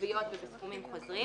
עקביות ובסכומים חוזרים.